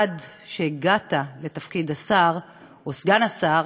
עד שהגעת לתפקיד השר או סגן השר,